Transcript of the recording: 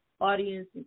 audience